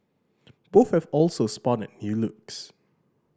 both have also spotted new looks